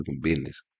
business